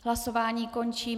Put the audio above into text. Hlasování končím.